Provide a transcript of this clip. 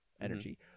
energy